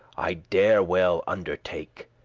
i dare well undertake,